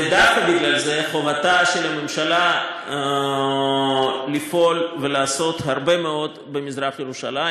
ודווקא בגלל זה חובתה של הממשלה לפעול ולעשות הרבה מאוד במזרח-ירושלים,